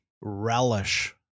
relish